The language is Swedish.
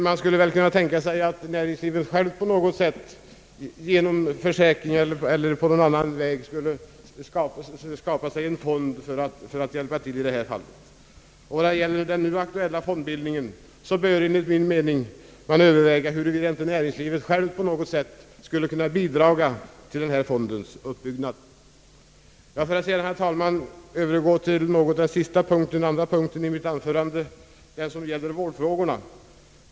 Man skulle väl kunna tänka sig att näringslivet självt genom försäkringar eller på annat sätt skulle skapa sig en fond för att hjälpa till i detta fall. Beträffande den nu aktuella fondbildningen bör man enligt min mening överväga, huruvida inte näringslivet självt på något sätt skulle kunna bidra till dess uppbyggnad. Jag skall sedan övergå till den andra punkten av mitt anförande — den som gäller vårdfrågorna.